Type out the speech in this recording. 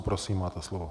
Prosím, máte slovo.